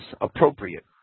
appropriate